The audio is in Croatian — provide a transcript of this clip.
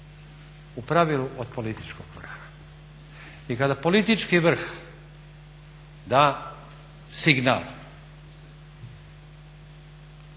u pravilu od političkog vrha. I kada politički vrh da signal